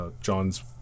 John's